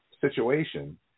Situation